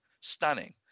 stunning